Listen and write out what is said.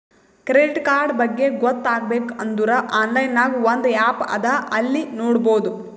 credit card ಬಗ್ಗೆ ಗೊತ್ತ ಆಗ್ಬೇಕು ಅಂದುರ್ ಆನ್ಲೈನ್ ನಾಗ್ ಒಂದ್ ಆ್ಯಪ್ ಅದಾ ಅಲ್ಲಿ ನೋಡಬೋದು